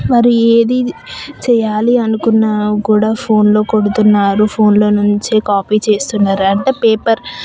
వారు ఏది చేయాలి అనుకున్న కూడా ఫోన్లో కొడుతున్నారు ఫోన్ల నుంచే కాపీ చేస్తున్నారట పేపర్